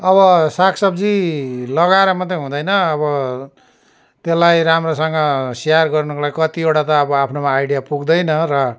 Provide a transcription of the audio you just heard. अब साग सब्जी लगाएर मात्रै हुँदैन अब त्यसलाई राम्रोसँग स्याहार गर्नुको लागि कतिवटा त अब आफ्नोमा आइडिया पुग्दैन र